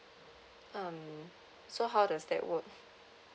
um so how does that work